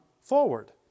forward